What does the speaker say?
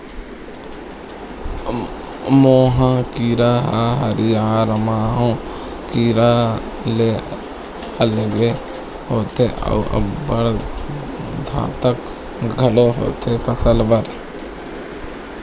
मोहा कीरा ह हरियर माहो कीरा ले अलगे होथे अउ अब्बड़ घातक घलोक होथे फसल बर